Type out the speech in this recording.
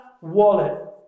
wallet